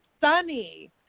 sunny